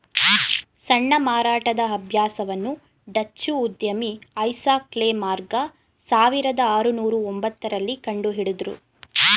ಸಣ್ಣ ಮಾರಾಟದ ಅಭ್ಯಾಸವನ್ನು ಡಚ್ಚು ಉದ್ಯಮಿ ಐಸಾಕ್ ಲೆ ಮಾರ್ಗ ಸಾವಿರದ ಆರುನೂರು ಒಂಬತ್ತ ರಲ್ಲಿ ಕಂಡುಹಿಡುದ್ರು